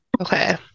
Okay